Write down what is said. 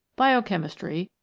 biochemistry,